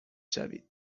شوید